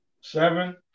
Seven